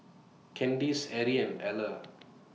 Candice Erie and Eller